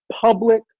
public